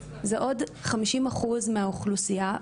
זה עוד חמישים אחוז מהאוכלוסיה.